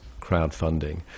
crowdfunding